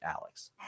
Alex